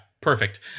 perfect